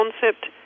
concept